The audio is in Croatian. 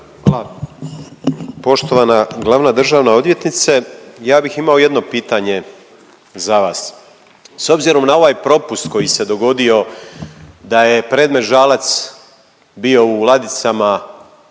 Hvala. Poštovani glavna državna odvjetnice, ja bih imao jedno pitanje za vas. S obzirom na ovaj propust koji se dogodio, da je predmet Žalac bio u ladicama